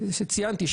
שציינתי,